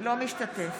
לא משתתף.